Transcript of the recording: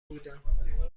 بودم